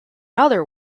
other